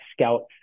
scouts